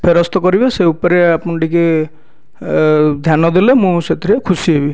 ଫେରସ୍ତ କରିବେ ସେ ଉପରେ ଆପଣ ଟିକିଏ ଧ୍ୟାନ ଦେଲେ ମୁଁ ସେଥିରେ ଖୁସି ହେବି